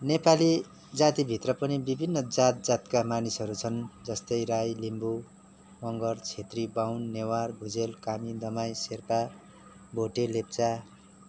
नेपाली जातिभित्र पनि विभिन्न जात जातका मानिसहरू छन् जस्तै राई लिम्बू मङ्गर छेत्री बाहुन नेवार भुजेल कामी दमाई शेर्पा भोटे लेप्चा